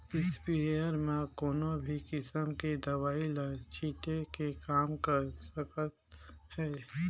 sprayer म कोनो भी किसम के दवई ल छिटे के काम कर सकत हे